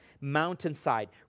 mountainside